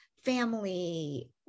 family